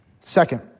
Second